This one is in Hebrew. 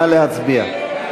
נא להצביע.